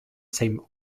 same